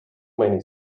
many